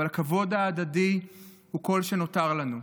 אבל הכבוד ההדדי הוא כל שנותר לנו".